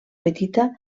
petita